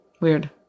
weird